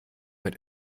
mit